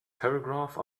paragraph